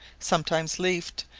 sometimes leafed,